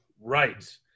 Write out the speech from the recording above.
Right